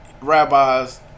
rabbis